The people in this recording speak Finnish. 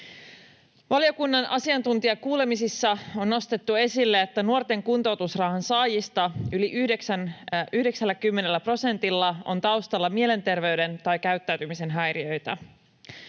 Valiokunnan asiantuntijakuulemisissa on nostettu esille, että nuorten kuntoutusrahan saajista yli 90 prosentilla on taustalla mielenterveyden tai käyttäytymisen häiriöitä.